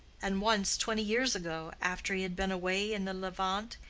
and once, twenty years ago, after he had been away in the levant,